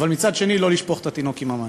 אבל מצד שני, לא לשפוך את התינוק עם המים.